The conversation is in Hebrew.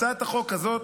הצעת החוק הזאת,